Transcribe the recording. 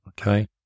Okay